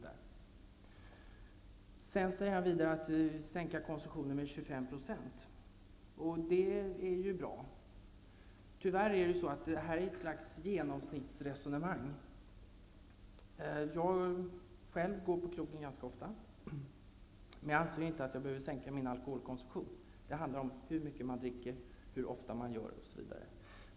Harry Staaf säger vidare att vi skall sänka konsumtionen av alkohol med 25 %. Det är ju bra. Tyvärr är detta något slags genomsnittsresonemang. Jag själv går på krogen ganska ofta, men jag anser inte att jag behöver sänka min alkoholkonsumtion. Det handlar om hur mycket man dricker, hur ofta osv.